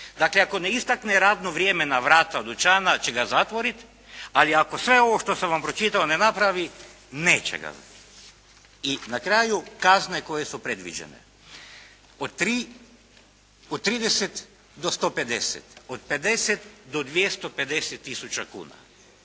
Dakle, ako ne istakne radno vrijeme na vrata dućana će ga zatvoriti. Ali ako sve ovo što sam vam pročitao ne napravi neće ga zatvoriti. I na kraju kazne koje su predviđene. Od 30 do 150, od 50 do 250000 kuna.